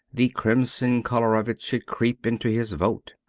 the crimson colour of it should creep into his vote.